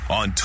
on